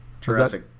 Jurassic